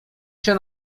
się